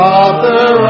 Father